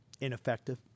ineffective